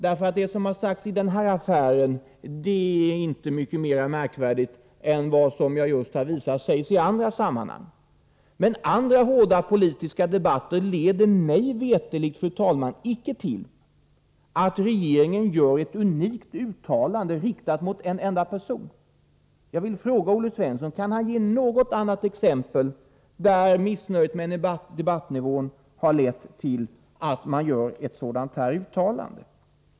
Det som sagts i denna affär är nämligen inte mer märkvärdigt än vad jag just har visat sägs i andra sammanhang. Men andra hårda politiska debatter leder mig veterligt inte till att regeringen gör ett unikt uttalande riktat mot en enda person. Jag vill fråga Olle Svensson om han kan ge något annat exempel på att missnöjet med debattnivån har lett till att man gör ett sådant här uttalande.